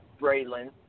Braylon